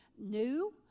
new